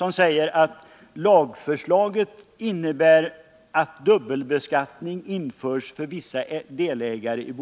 Länsstyrelsen skriver: ”Lagförslaget innebär att dubbelbeskattning införs för vissa delägare i